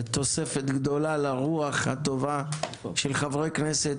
תוספת גדולה לרוח הטובה של חברי כנסת.